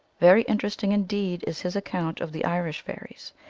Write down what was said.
very interesting indeed is his account of the irish fairies.